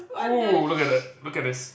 !oo! look at that look at this